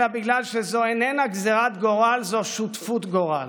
אלא בגלל שזו איננה גזרת גורל, זו שותפות גורל.